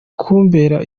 kumbera